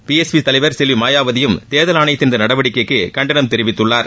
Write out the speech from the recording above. B S P தலைவர் செல்வி மாயாவதியும் தேர்தல் ஆணையத்தின் இந்த நடவடிக்கைக்கு கண்டனம் தெரிவித்துள்ளார்